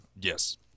Yes